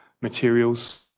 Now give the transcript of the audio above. materials